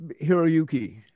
Hiroyuki